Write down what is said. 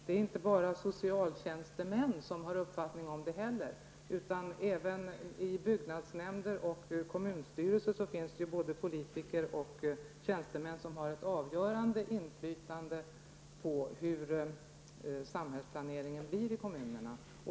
Det är inte bara socialtjänstemän som har en uppfattning om samhället heller. Även i byggnadsnämnder och kommunstyrelser finns det politiker och tjänstemän som har ett avgörande inflytande på hur samhällsplaneringen blir i kommunerna.